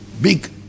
big